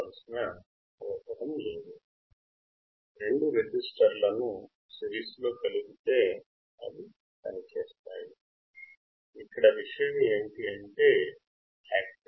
అవసరం లేదు 2 రెసిస్టర్లను పక్కపక్కన ఉంచండి